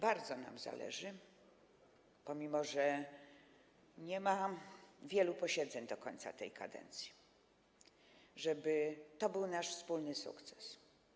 I bardzo nam zależy, pomimo że nie ma wielu posiedzeń do końca tej kadencji, żeby to był nasz wspólny sukces.